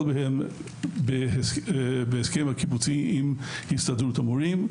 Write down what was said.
בהן בהסכם הקיבוצי עם הסתדרות המורים: